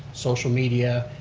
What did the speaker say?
social media,